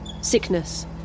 sickness